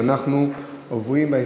ואנחנו עוברים להסתייגות,